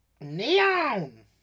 neon